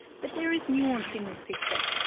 but there is nuance in this picture.